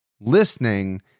listening